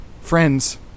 Friends